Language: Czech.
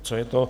Co je to?